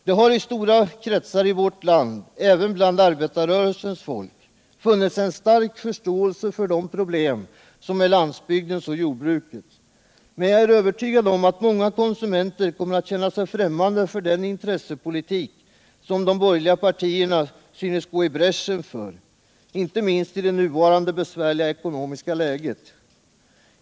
Det har i stora kretsar i vårt land, även bland arbetarrörelsens folk, funnits en stark förståelse för landsbygdens och jordbrukets problem, men jag är övertygad om att många konsumenter kommer att känna sig främmande för den intressepolitik som de borgerliga partierna synes gå i bräschen för, inte minst i det nuvarande besvärliga ekonomiska läget.